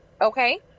Okay